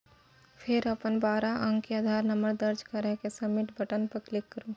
फेर अपन बारह अंक के आधार नंबर दर्ज कैर के सबमिट बटन पर क्लिक करू